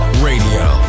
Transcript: Radio